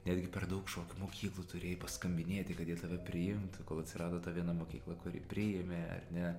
netgi per daug šokių mokyklų turėjai skambinėti kad jie tave priimtų kol atsirado ta viena mokykla kuri priėmė ar ne